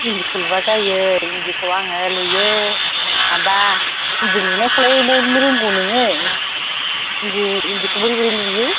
इन्दिखौ लुवा जायो इन्दिखौ आङो लुयो माबा इन्दि लुनायखौलाय रोंगौ नोङो इन्दिखौ माबोरै लुयो